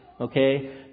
Okay